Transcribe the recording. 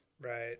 Right